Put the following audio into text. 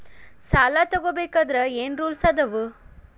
ಸಾಲ ತಗೋ ಬೇಕಾದ್ರೆ ಏನ್ ರೂಲ್ಸ್ ಅದಾವ?